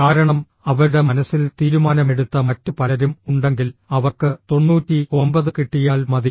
കാരണം അവരുടെ മനസ്സിൽ തീരുമാനമെടുത്ത മറ്റു പലരും ഉണ്ടെങ്കിൽ അവർക്ക് 99 കിട്ടിയാൽ മതി